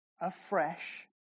afresh